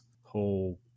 whole